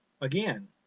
again